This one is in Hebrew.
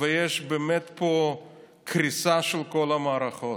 ויש באמת פה קריסה של כל המערכות.